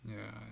ya